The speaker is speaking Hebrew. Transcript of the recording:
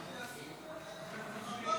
בעד,